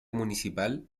municipal